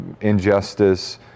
injustice